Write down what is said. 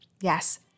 Yes